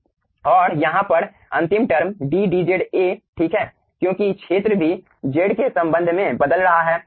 और यहाँ पर अंतिम टर्म d dz A ठीक है क्योंकि क्षेत्र भी z के संबंध में बदल रहा है